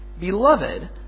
Beloved